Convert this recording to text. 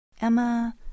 Emma